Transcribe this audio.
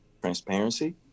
transparency